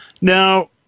Now